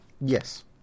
Yes